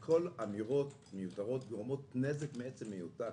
כל אמירה מיותרת גורמת נזק מעצם היותה.